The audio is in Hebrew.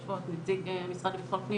יש פה את נציג המשרד לביטחון פנים,